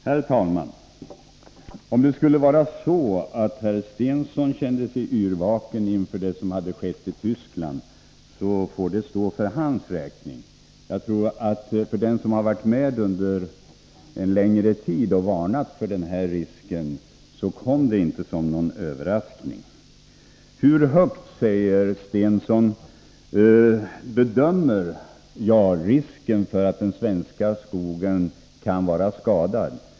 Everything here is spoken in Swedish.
Herr talman! Om det skulle vara så att herr Stensson känner sig yrvaken inför det som skett i Tyskland, får det stå för hans räkning. Jag tror att för den som varit med under en längre tid och varnat för den här risken, kom det inte som någon överraskning. Hur stor, frågar herr Stensson, bedömer jag att risken är för att den svenska skogen kan vara skadad.